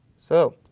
so,